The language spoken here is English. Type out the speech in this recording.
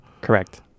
correct